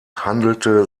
handelte